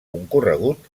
concorregut